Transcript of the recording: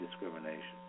discrimination